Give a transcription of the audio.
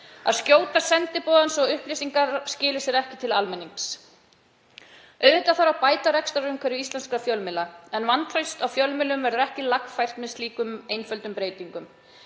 að skjóta sendiboðann svo að upplýsingar skili sér ekki til almennings? Auðvitað þarf að bæta rekstrarumhverfi íslenskra fjölmiðla en vantraust á fjölmiðlum verður ekki lagfært með slíkum einföldum breytingum.